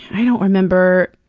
i don't remember.